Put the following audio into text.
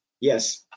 yes